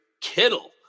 Kittle